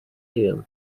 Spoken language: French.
film